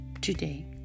today